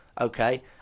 okay